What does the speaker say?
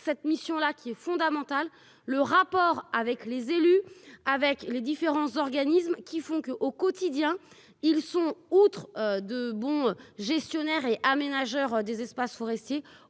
cette mission-là qui est fondamental, le rapport avec les élus, avec les différents organismes qui font que, au quotidien, ils sont, outre de bons gestionnaires et aménageurs des espaces forestiers